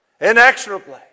Inexorably